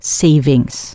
savings